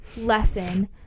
lesson